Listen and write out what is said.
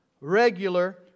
regular